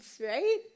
right